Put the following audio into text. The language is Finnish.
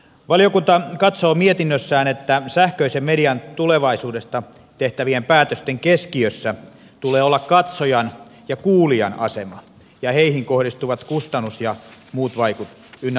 valiokunta katsoo mietinnössään että sähköisen median tulevaisuudesta tehtävien päätösten keskiössä tulee olla katsojan ja kuulijan asema ja heihin kohdistuvat kustannus ynnä muuta